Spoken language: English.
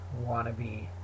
wannabe